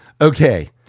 Okay